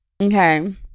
okay